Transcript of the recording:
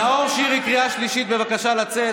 נאור שירי, קריאה שלישית, בבקשה לצאת.